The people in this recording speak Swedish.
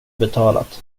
betalat